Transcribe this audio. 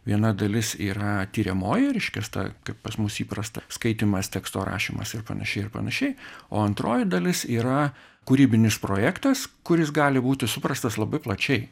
viena dalis yra tiriamoji reiškias ta kaip pas mus įprasta skaitymas teksto rašymas ir panašiai ir panašiai o antroji dalis yra kūrybinis projektas kuris gali būti suprastas labai plačiai